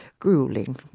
Grueling